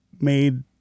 made